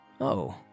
Oh